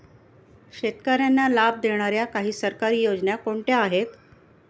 शेतकऱ्यांना लाभ देणाऱ्या काही सरकारी योजना कोणत्या आहेत?